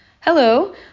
Hello